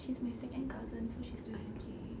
she's my second cousin so she's doing okay